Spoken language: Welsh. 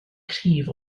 cryf